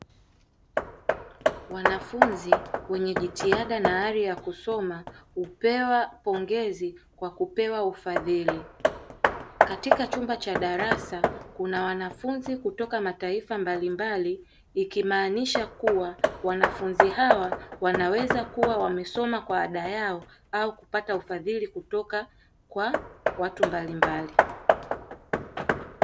Wanafunzi wenye jitihada na ari ya kusoma hupewa pongezi kwa kupewa ufadhili, katika chumba cha darasa kuna wanafunzi kutoka mataifa mbalimbali ikimaanisha kuwa wanafunzi hawa wanaweza kuwa wamesoma kwa ada yao au kupata ufadhili kutoka kwa watu mbalimbali.